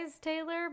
Taylor